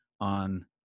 on